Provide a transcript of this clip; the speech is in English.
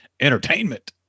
entertainment